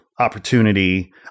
opportunity